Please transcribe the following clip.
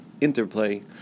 interplay